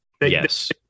yes